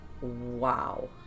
wow